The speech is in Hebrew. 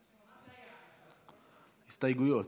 הסתייגויות.